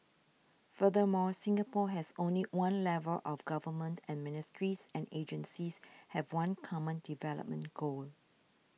furthermore Singapore has only one level of government and ministries and agencies have one common development goal